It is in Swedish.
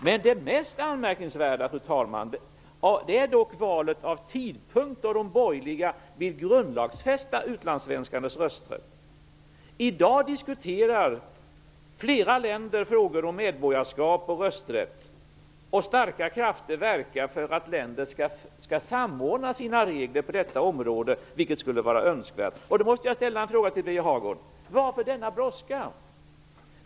Men det mest anmärkningsvärda, fru talman, är valet av den tidpunkt då de borgerliga vill grundlagsfästa utlandssvenskarnas rösträtt. I dag diskuterar flera länder frågor om medborgarskap och rösträtt. Starka krafter verkar också för att länder skall samordna sina regler på detta område -- vilket skulle vara önskvärt. Därför måste jag fråga Birger Hagård: Varför denna brådska?